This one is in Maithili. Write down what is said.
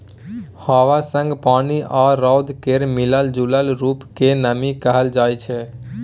हबा संग पानि आ रौद केर मिलल जूलल रुप केँ नमी कहल जाइ छै